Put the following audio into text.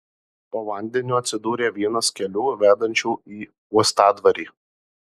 po vandeniu atsidūrė vienas kelių vedančių į uostadvarį